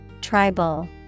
TRIBAL